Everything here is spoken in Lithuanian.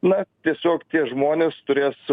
na tiesiog tie žmonės turės